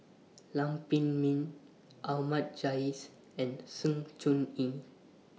Lam Pin Min Ahmad Jais and Sng Choon Yee